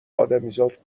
ادمیزاد